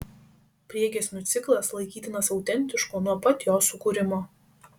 priegiesmių ciklas laikytinas autentišku nuo pat jo sukūrimo